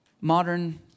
modern